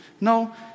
No